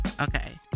okay